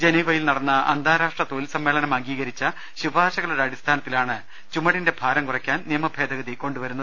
ജനീ വയിൽ നടന്ന അന്താരാഷ്ട്ര തൊഴിൽ സമ്മേളനം അംഗീകരിച്ച ശുപാർശ കളുടെ അടിസ്ഥാനത്തിലാണ് ചുമടിന്റെ ഭാരം കുറയ്ക്കാൻ നിയമഭേദ ഗതി കൊണ്ടുവരുന്നത്